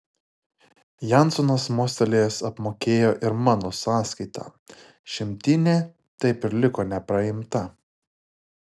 jansonas mostelėjęs apmokėjo ir mano sąskaitą šimtinė taip ir liko nepraimta